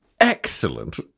Excellent